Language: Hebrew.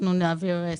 אנחנו נעביר ספציפית.